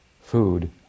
food